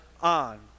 on